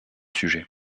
sujets